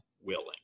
willing